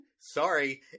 Sorry